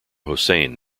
hossain